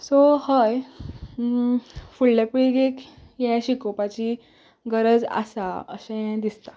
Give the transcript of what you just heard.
so हय फुडले पिळगेक हे शिकोपाची गरज आसा अशें दिसता